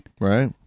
Right